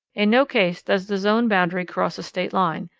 in no case does the zone boundary cross a state line,